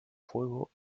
fuego